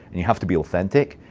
and you have to be authentic,